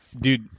dude